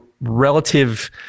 relative